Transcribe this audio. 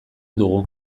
dugu